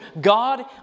God